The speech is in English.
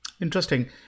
Interesting